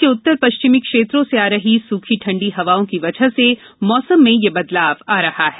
देश के उत्तर पश्चिमी क्षेत्रों से आ रही सूखी ठंडी हवाओं की वजह से मौसम में यह बदलाव आ रहा है